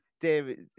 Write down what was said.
David